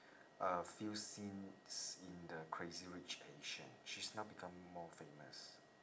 a few scenes in the crazy rich asian she's now become more famous